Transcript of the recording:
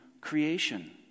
creation